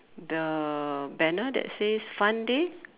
the banner that says fun day